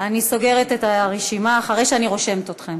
אני סוגרת את הרשימה אחרי שאני רושמת אתכם.